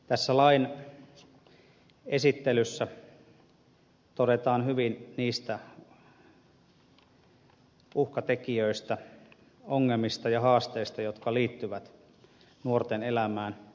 tässä lain esittelyssä todetaan hyvin niistä uhkatekijöistä ongelmista ja haasteista jotka liittyvät nuorten elämään